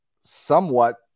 somewhat